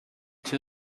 two